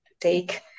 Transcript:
take